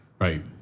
Right